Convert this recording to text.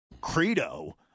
credo